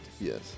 yes